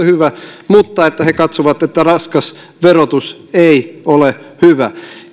hyvä mutta he katsovat että raskas verotus ei ole hyvä